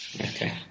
Okay